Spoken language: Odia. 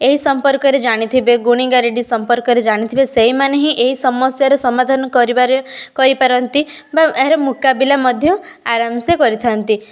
ଏହି ସମ୍ପର୍କ ରେ ଜାଣିଥିବେ ଗୁଣି ଗାରେଡ଼ି ସମ୍ପର୍କ ରେ ଜାଣିଥିବେ ସେଇମାନେ ହିଁ ଏହି ସମସ୍ୟାର ସମାଧାନ କରିବାରେ କରିପାରନ୍ତି ବା ଏହାର ମୁକାବିଲା ମଧ୍ୟ ଆରମ ସେ କରିଥାନ୍ତି